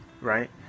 right